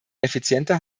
effizienter